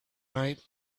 night